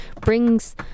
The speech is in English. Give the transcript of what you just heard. brings